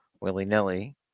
willy-nilly